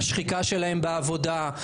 השחיקה שלהם בעבודה,